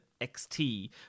XT